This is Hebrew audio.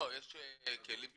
לא, יש כלים טכנולוגיים,